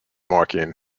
marking